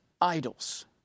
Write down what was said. idols